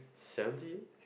seventeen